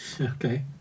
Okay